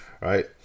right